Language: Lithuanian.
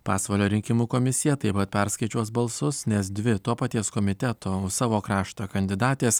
pasvalio rinkimų komisija taip pat perskaičiuos balsus nes dvi to paties komiteto savo krašto kandidatės